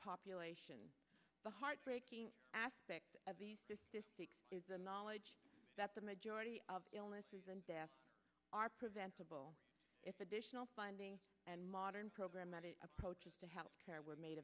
population the heartbreaking aspect of this is the knowledge that the majority of illnesses and deaths are preventable if additional funding and modern programatic approaches to health care were made